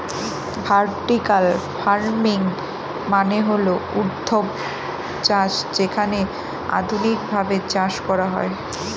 vertical farming মানে হল ঊর্ধ্বাধ চাষ যেখানে আধুনিকভাবে চাষ করা হয়